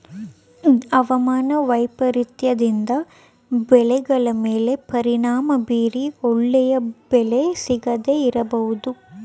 ಅವಮಾನ ವೈಪರೀತ್ಯದಿಂದ ಬೆಳೆಗಳ ಮೇಲೆ ಪರಿಣಾಮ ಬೀರಿ ಒಳ್ಳೆಯ ಬೆಲೆ ಸಿಗದೇ ಇರಬೋದು